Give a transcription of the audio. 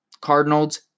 Cardinals